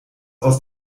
aus